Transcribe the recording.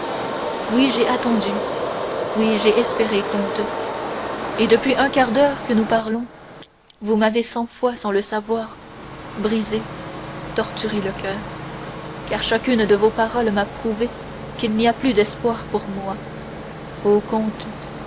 oui j'ai attendu oui j'ai espéré comte et depuis un quart d'heure que nous parlons vous m'avez cent fois sans le savoir brisé torturé le coeur car chacune de vos paroles m'a prouvé qu'il n'y a plus d'espoir pour moi ô comte